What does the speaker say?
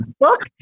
Look